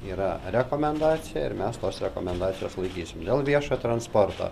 yra rekomendacija ir mes tos rekomendacijos laikysim dėl viešojo transporto